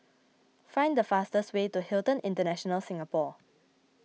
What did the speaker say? find the fastest way to Hilton International Singapore